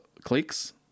clicks